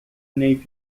navy